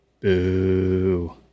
Boo